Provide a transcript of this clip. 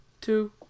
Two